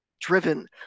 driven